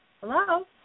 Hello